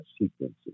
sequences